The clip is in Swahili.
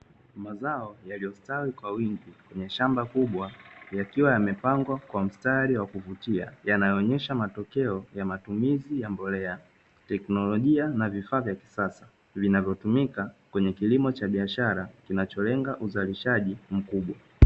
Mazao yaliyostawi kwa wingi kwenye shamba kubwa yakiwa yamepangwa kwa mstari wa kuvutia. Yanayoonesha matokeo ya matumizi ya mbolea, teknolojia na vifaa vya kisasa vinavyotumika kwenye kilimo cha biashara kinacholenga uzalishaji mkubwa.